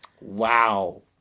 Wow